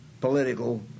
political